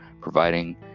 providing